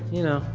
you know,